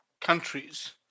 countries